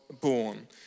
born